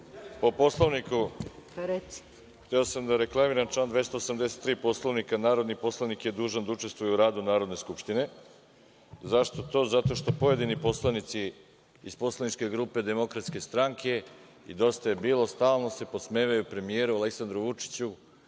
Po Poslovniku. Hteo sam da reklamiram član 283. Poslovnika. Narodni poslanik je dužan da učestvuje u radu Narodne skupštine. Zašto to? Zato što pojedini poslanici iz poslaničke grupe DS i Dosta je bilo, stalno se podsmevaju premijeru Aleksandru Vučiću,